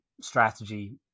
strategy